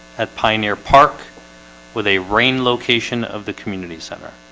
at pioneer park with a rain location of the community center.